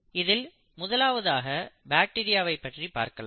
இதில் முதலாவதாக பாக்டீரியாவை பற்றி பார்க்கலாம்